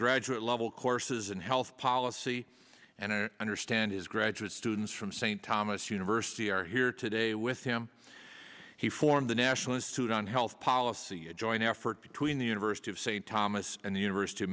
graduate level courses in health policy and i understand his graduate students from st thomas university are here today with him he formed the national institute on health policy a joint effort between the university of st thomas and the university of